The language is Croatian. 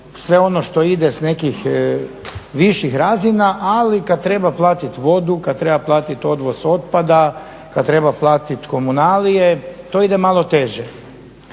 sve ono što ide s nekih viših razina, ali kad treba platiti vodu, kad treba platit odvoz otpada, kad treba platit komunalije to ide malo teže.